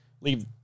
Leave